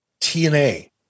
TNA